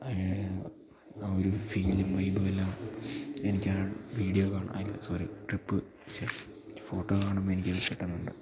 ആ ഒരു ഫീലും വൈബുമെല്ലാം എനിക്ക് ആ വീഡിയോ കാണുമ്പോൾ അല്ല സോറി ട്രിപ്പ് ഛെ ഫോട്ടോ കാണുമ്പോൾ എനിക്കത് കിട്ടുന്നുണ്ട്